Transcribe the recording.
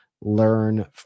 Learn